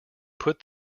put